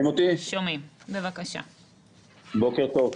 בוקר טוב.